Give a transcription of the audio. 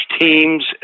teams